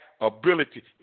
ability